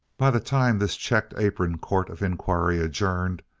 by the time this checked-apron court of inquiry adjourned,